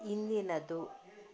ಇಂದಿನದು